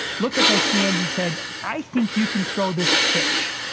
looked at those hands and said, i think you can throw this pitch.